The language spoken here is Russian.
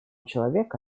человека